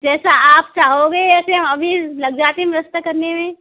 जैसा आप चाहोगे वैसे अभी लग जाते हैं व्यवस्था करने में